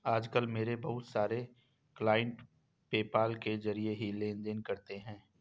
आज कल मेरे बहुत सारे क्लाइंट पेपाल के जरिये ही लेन देन करते है